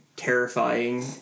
terrifying